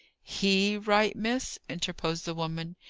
he write, miss! interposed the woman.